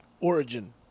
Origin